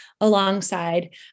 alongside